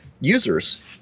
users